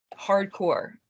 hardcore